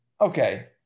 Okay